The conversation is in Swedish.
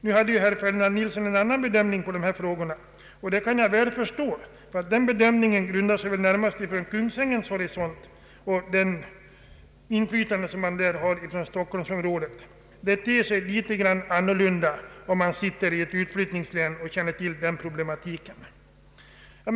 Nu hade herr Ferdinand Nilsson en annan bedömning av dessa frågor, och det kan jag mycket väl förstå, men den bedömningen sker såvitt jag förstår närmast från Kungsängens horisont och inflytandet där från Stockholmsområdet. Det ter sig litet annorlunda om man är från ett utflyttningslän och känner till problematiken där.